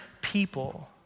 people